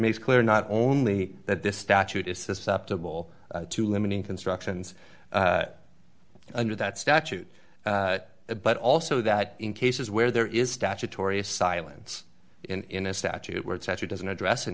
makes clear not only that this statute is susceptible to limiting constructions under that statute but also that in cases where there is statutory silence in a statute where it's actually doesn't address